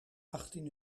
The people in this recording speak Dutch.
achttien